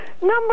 Number